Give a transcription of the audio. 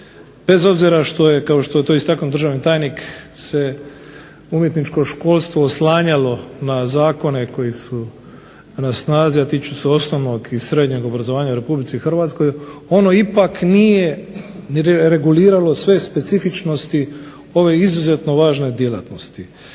Bez obzira što je kao što je to istaknuo državni tajnik se umjetničko školstvo oslanjalo na zakone koji su na snazi a tiču se osnovnog i srednjeg obrazovanja u Republici Hrvatskoj. Ono ipak nije reguliralo sve specifičnosti ove izuzetno važne djelatnosti.